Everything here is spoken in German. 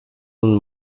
nun